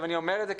אני אומר את זה,